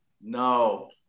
no